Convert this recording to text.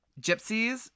Gypsies